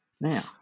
Now